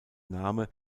name